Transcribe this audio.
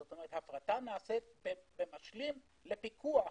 כלומר הפרטה נעשית במשלים לפיקוח,